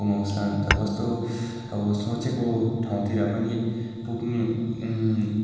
गुमाउँछ अन्त कस्तो अब सोचेको ठाउँतिर पनि पुग्नु